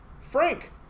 Frank